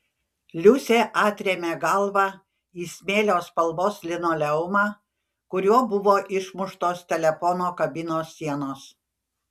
liusė atrėmė galvą į smėlio spalvos linoleumą kuriuo buvo išmuštos telefono kabinos sienos